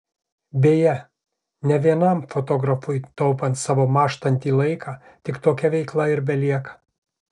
beje ne vienam fotografui taupant savo mąžtantį laiką tik tokia veikla ir belieka